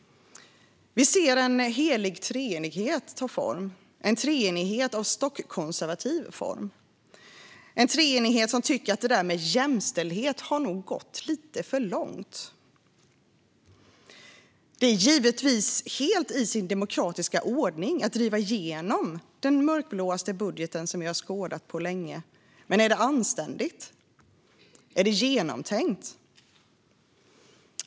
Vi ser en helig treenighet ta form - en treenighet av stockkonservativ form, som tycker att det där med jämställdhet nog har gått lite för långt. Det är givetvis helt i sin demokratiska ordning att driva igenom den mörkblåaste budget vi har skådat på länge, men är det anständigt? Är det genomtänkt?